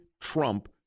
Trump